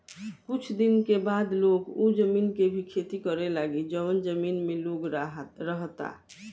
कुछ दिन के बाद लोग उ जमीन के भी खेती करे लागी जवन जमीन में लोग रहता